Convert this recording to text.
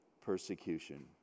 persecution